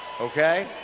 Okay